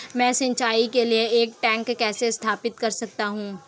मैं सिंचाई के लिए एक टैंक कैसे स्थापित कर सकता हूँ?